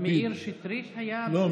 מאיר שטרית היה לא,